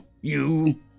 you